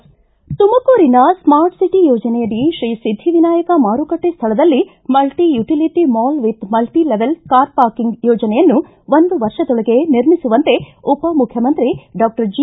ತುಮಕೂರಿನ ಸ್ಮಾರ್ಟ್ಸಿಟಿ ಯೋಜನೆಯಡಿ ಶ್ರೀ ಸಿದ್ದಿವಿನಾಯಕ ಮಾರುಕಟ್ಟೆ ಸ್ಥಳದಲ್ಲಿ multi utility mall with multi level car parking ಯೋಜನೆಯನ್ನು ಒಂದು ವರ್ಷದೊಳಗೆ ನಿರ್ಮಿಸುವಂತೆ ಉಪಮುಖ್ಯಮಂತ್ರಿ ಡಾಕ್ಷರ್ ಜಿ